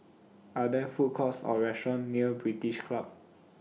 Are There Food Courts Or restaurants near British Club